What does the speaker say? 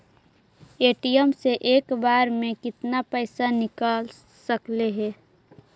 ATM से एक बार मे केतना पैसा निकल सकले हे?